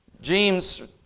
James